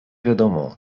wiadomo